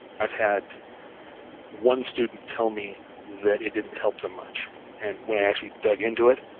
i've had one student tell me that it didn't help them much and when i actually dug into it,